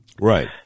Right